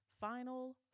final